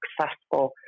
successful